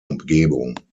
umgebung